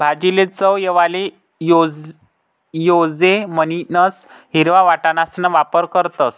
भाजीले चव येवाले जोयजे म्हणीसन हिरवा वटाणासणा वापर करतस